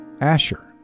Asher